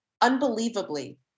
unbelievably